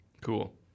cool